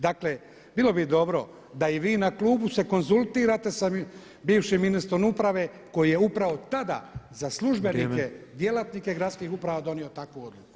Dakle, bilo bi dobro da i vi na klubu se konzultirate sa bivšim ministrom uprave koji je upravo tada za službenike, [[Upadica predsjednik: Vrijeme.]] djelatnike gradskih uprava donio takvu odluku.